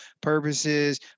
purposes